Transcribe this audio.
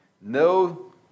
no